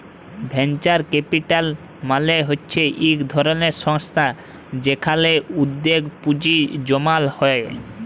venture capital মালে হচ্যে ইক ধরলের সংস্থা যেখালে উদ্যগে পুঁজি জমাল হ্যয়ে